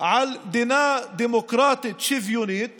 על מדינה דמוקרטית שוויונית